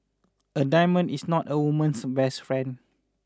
a diamond is not a woman's best friend